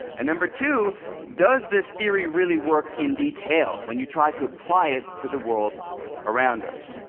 and number two does this theory really work in detail, when you try to apply it to the world around us?